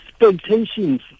expectations